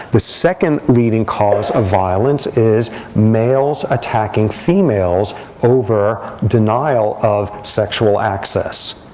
the second leading cause of violence is males attacking females over denial of sexual access.